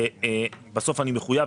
שבסוף אני מחויב,